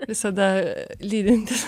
visada lydintis